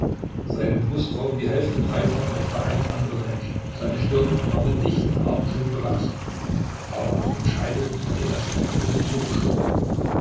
seine brust war um die hälfte breiter als bei einem anderen menschen seine stirn war mit dichten haarbüscheln bewachsen aber auf dem scheitel hatte er sich eine tonsur geschoren